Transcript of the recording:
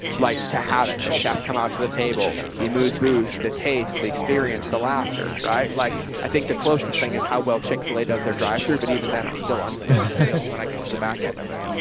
like to have it, the chef come out to the table, the moves boost the taste, the experience, the laughter, right? like i think the closest thing is how well chick-fil-a does their drive-through, but even then, i'm still unfair when i get to the back end of it.